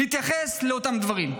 להתייחס לדברים.